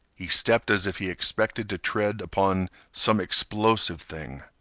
he stepped as if he expected to tread upon some explosive thing.